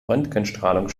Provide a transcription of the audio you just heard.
röntgenstrahlung